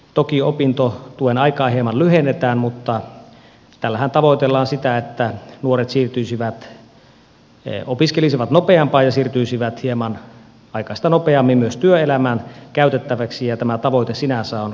toki opintotuen aikaa hieman lyhennetään mutta tällähän tavoitellaan sitä että nuoret opiskelisivat nopeammin ja siirtyisivät hieman aiempaa nopeammin myös työelämän käytettäväksi ja tämä tavoite sinänsä on kannatettava